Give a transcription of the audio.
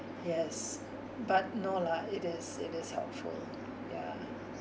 yes but no lah it is it is helpful ya